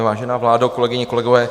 Vážená vládo, kolegyně, kolegové.